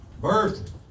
Birth